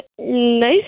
Nice